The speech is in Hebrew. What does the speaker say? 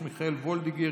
מיכל וולדיגר,